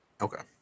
Okay